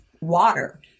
water